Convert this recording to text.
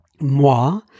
moi